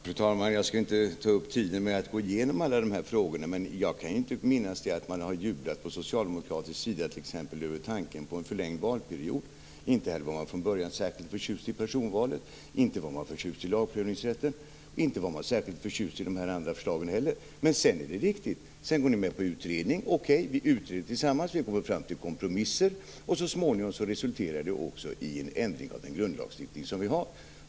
Fru talman! Jag skall inte ta upp tiden med att gå igenom alla de här frågorna. Men jag kan inte minnas att man har jublat på socialdemokratisk sida t.ex. över tanken på en förlängd valperiod. Inte heller var man från början särskilt förtjust i personvalet. Inte var man förtjust i lagprövningsrätten. Inte var man särskilt förtjust i de andra förslagen heller. Men sedan, det är riktigt, går ni med på utredning. Okej, vi utreder tillsammans. Vi kommer fram till kompromisser, och så småningom resulterar det också i en ändring av den grundlagsstiftning som vi har.